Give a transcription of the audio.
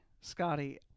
Scotty